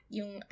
yung